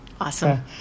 Awesome